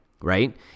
right